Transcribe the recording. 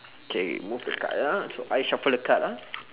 K move the card ah so I shuffle the card ah